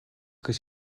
гэж